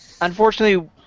unfortunately